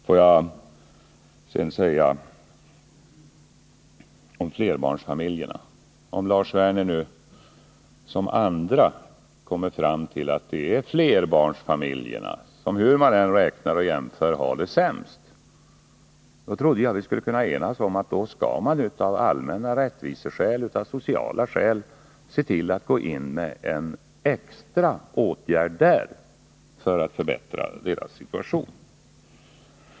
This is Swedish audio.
Får jag sedan säga några ord om flerbarnsfamiljerna. Om Lars Werner i likhet med andra kommer fram till att det är flerbarnsfamiljerna som, hur vi än räknar och jämför, har det sämst, borde vi kunna enas om att vi av allmänna rättviseskäl och av sociala skäl skall gå in med en extra åtgärd för att förbättra deras situation.